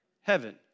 heaven